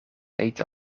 eten